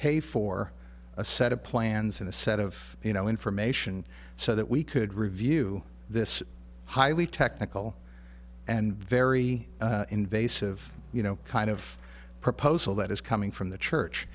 pay for a set of plans and a set of you know information so that we could review this highly technical and very invasive you know kind of proposal that is coming from the church